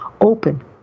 open